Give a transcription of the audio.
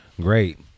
great